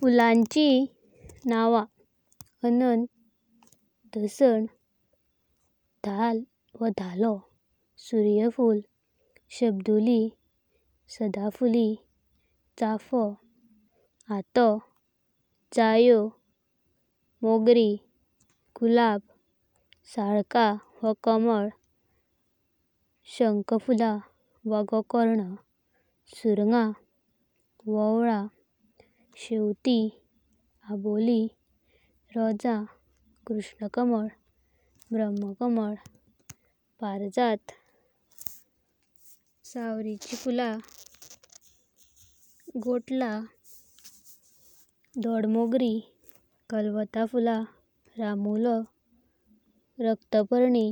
फुलां च्या नाव, अनता, दासान, धळा वा धळो। सूर्यफुळा, सदाफुली, सभाडूली, चाफो, आतो। जय, जुयो, गुलाबा, सालकम वा कमल। शाणकफुळा वा घोकर्णा, सारंगा, व्होवळा, अनबोली, रोजा, कृष्णकमल। भरमकमल, पराजाथ, सावरीची फुला, गोटला, घोडामोगरी, कळावता फुळा। रामूल, रकातपराणी,